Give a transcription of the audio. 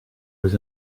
was